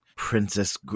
Princess